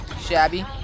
Shabby